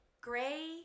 Gray